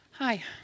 Hi